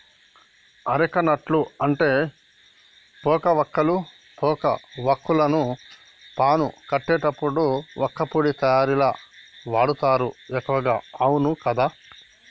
areca nut అంటే పోక వక్కలు, పోక వాక్కులను పాను కట్టేటప్పుడు వక్కపొడి తయారీల వాడుతారు ఎక్కువగా అవును కదా